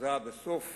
שההכרזה בסוף